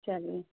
चलो